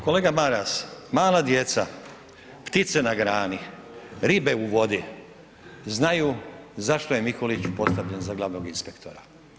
Kolega Maras, mala djeca, ptice na grani, ribe u vodi znaju zašto je Mikulić postavljen za glavnog inspektora.